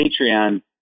Patreon